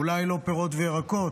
אולי לא פירות וירקות,